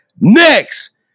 next